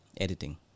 editing